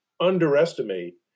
underestimate